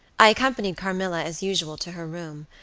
i accompanied carmilla as usual to her room,